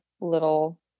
little